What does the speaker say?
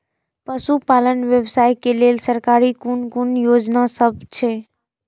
पशु पालन व्यवसाय के लेल सरकारी कुन कुन योजना सब छै?